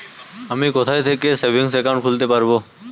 আমি কোথায় থেকে সেভিংস একাউন্ট খুলতে পারবো?